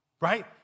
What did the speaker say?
right